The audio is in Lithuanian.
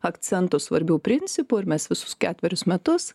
akcentų svarbių principų ir mes visus ketverius metus